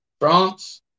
France